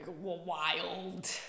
wild